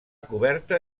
coberta